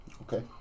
Okay